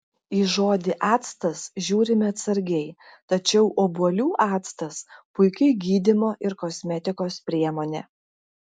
į žodį actas žiūrime atsargiai tačiau obuolių actas puiki gydymo ir kosmetikos priemonė